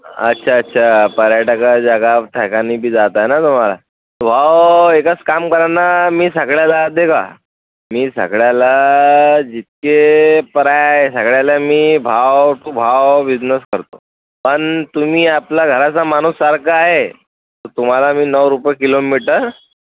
अच्छा अच्छा पर्यटकांच्या गाव ठिकाणी बी जाताय ना तुम्हाला भाऊ एकच काम करा ना मी सगळ्याला अर्धे करा मी सगळ्याला जितके पर्याय सगळ्याला मी भाव टू भाव बिजनेस करतो पण तुम्ही आपलं घराचं माणूससारखं आहे तर तुम्हाला मी नऊ रुपये किलोमीटर